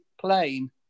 plane